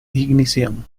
ignición